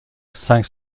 cinq